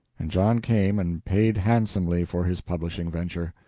and john came and paid handsomely for his publishing venture.